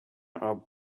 are